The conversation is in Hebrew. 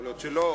יכול להיות שלא,